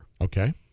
Okay